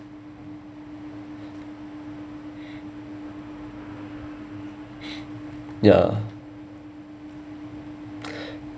ya